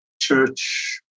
church